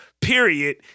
period